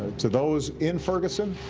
to those in ferguson,